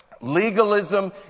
Legalism